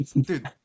dude